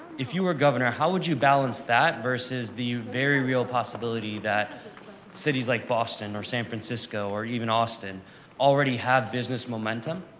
if you were governor, how would you balance that versus the very real possibility that cities like boston, or san francisco, or even austin already have business momentum,